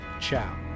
ciao